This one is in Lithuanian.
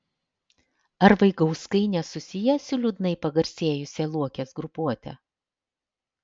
ar vaigauskai nesusiję su liūdnai pagarsėjusia luokės grupuote